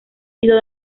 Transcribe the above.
sido